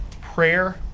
prayer